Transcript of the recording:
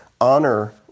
honor